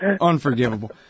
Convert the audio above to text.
unforgivable